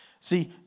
See